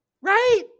right